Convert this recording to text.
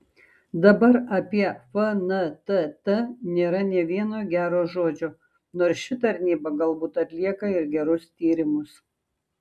dabar apie fntt nėra nė vieno gero žodžio nors ši tarnyba galbūt atlieka ir gerus tyrimus